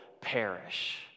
perish